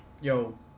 Yo